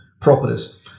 properties